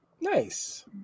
Nice